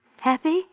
Happy